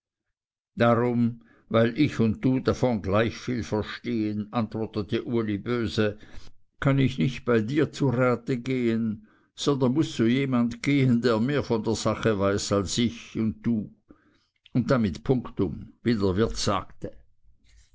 darum weil ich und du davon gleich viel verstehen antwortete uli böse kann ich nicht bei dir zu rate gehen sondern muß zu jemand gehen der mehr von der sache weiß als ich und du und damit punktum wie der wirt sagte